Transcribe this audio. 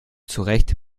zurecht